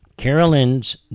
Carolyn's